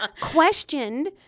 questioned